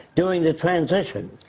during the transition.